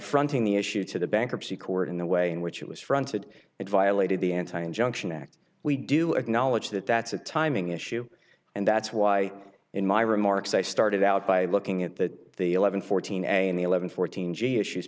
fronting the issue to the bankruptcy court in the way in which it was fronted it violated the anti injunction act we do acknowledge that that's a timing issue and that's why in my remarks i started out by looking at that the eleven fourteen a and the eleven fourteen g issues